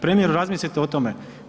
Premijeru razmislite o tome.